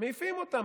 מעיפים אותם.